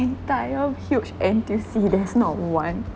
entire huge N_T_U_C there's not one